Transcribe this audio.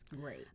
great